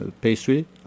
pastry